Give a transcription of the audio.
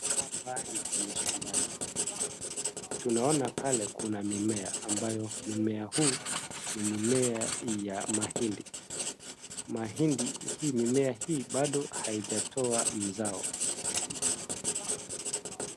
Hapa ni kwenye shambani. Tunaona pale kuna mimea ambayo mimea huu ni mimea ya mahindi. Mimea hii bado haijatoa mzao.